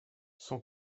son